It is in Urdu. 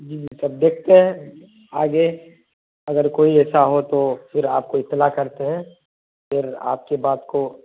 جی جی تب دیکھتے ہیں آگے اگر کوئی ایسا ہو تو پھر آپ کو اطلاع کرتے ہیں پھر آپ کے بات کو